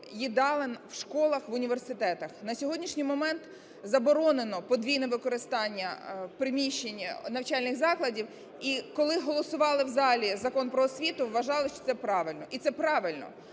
їдалень в школах, в університетах. На сьогоднішній момент заборонено подвійне використання приміщень навчальних закладів. І коли голосували в залі Закон "Про освіту", вважали, що це правильно. І це правильно.